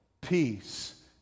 Peace